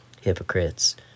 Hypocrites